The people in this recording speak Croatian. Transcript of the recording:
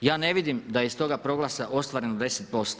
Ja ne vidim da je iz toga proglasa ostvareno 10%